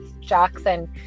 Jackson